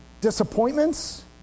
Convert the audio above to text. disappointments